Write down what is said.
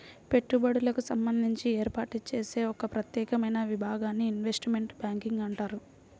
పెట్టుబడులకు సంబంధించి ఏర్పాటు చేసే ఒక ప్రత్యేకమైన విభాగాన్ని ఇన్వెస్ట్మెంట్ బ్యాంకింగ్ అంటారు